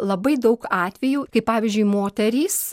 labai daug atvejų kai pavyzdžiui moterys